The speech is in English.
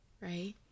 right